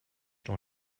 dans